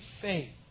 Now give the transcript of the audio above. faith